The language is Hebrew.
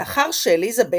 לאחר שאליזבת